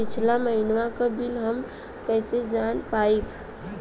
पिछला महिनवा क बिल हम कईसे जान पाइब?